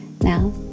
Now